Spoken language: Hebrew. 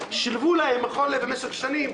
אז שילבו להם במשך שנים,